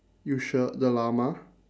you sure the llama